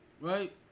Right